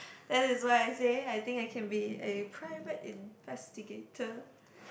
that is why I say I think I can be a private investigator